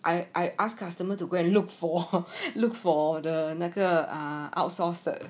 I I ask customer to go and look for look for 的那个 outsource 的